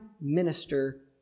minister